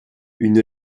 une